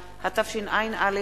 (ביצוע פסק-דין לפינוי מושכר), התשע"א 2011,